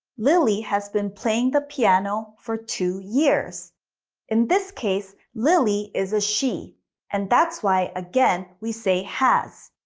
lily has been playing the piano for two years in this case, lily is a she and that's why, again, we say has.